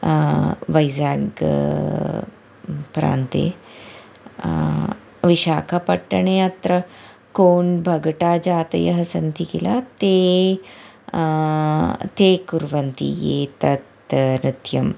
वैज़ाग् प्रान्ते विशाखपट्टनेणे अत्र कोण् भगटा जातयः सन्ति किल ते ते कुर्वन्ति एतत् नृत्यं